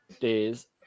days